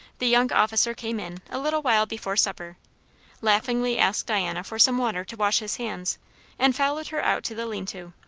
the young officer came in, a little while before supper laughingly asked diana for some water to wash his hands and followed her out to the lean-to.